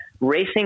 racing